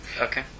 Okay